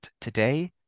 Today